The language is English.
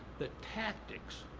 the tactics,